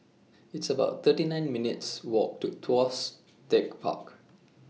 It's about thirty nine minutes' Walk to Tuas Tech Park